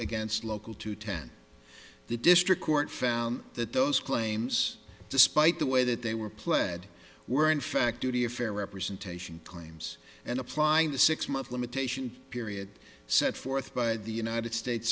against local to ten the district court found that those claims despite the way that they were pled were in fact doody a fair representation claims and applying the six month limitation period set forth by the united states